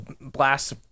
blast